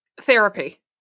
therapy